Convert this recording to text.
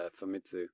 Famitsu